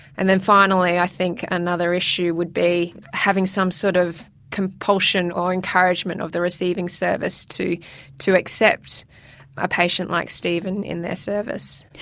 and then finally i think another issue would be having some sort of compulsion or encouragement of the receiving service to to accept a patient like steven in their service.